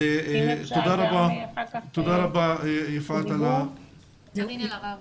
תודה רבה יפעת על העשייה בתחום.